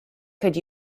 could